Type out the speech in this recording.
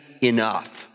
enough